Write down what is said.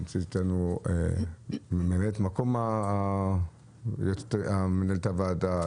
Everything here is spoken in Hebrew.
נמצאת איתנו דיקלה טקו ממלאת מקום מנהלת הוועדה,